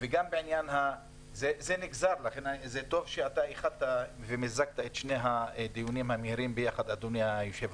טוב שמיזגת את שני הדיונים המהירים יחד.